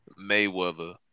Mayweather